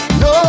no